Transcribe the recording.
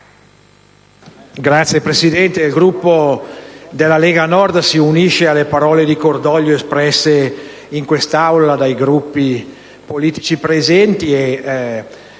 Signora Presidente, il Gruppo della Lega Nord si unisce alle parole di cordoglio espresse in quest'Aula dai Gruppi politici presenti.